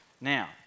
now